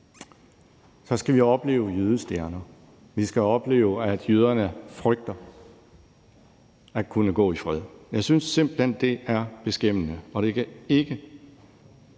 skal vi opleve jødestjerner. Vi skal opleve, at jøderne frygter ikke at kunne gå i fred. Jeg synes simpelt hen, det er beskæmmende, og det kan ikke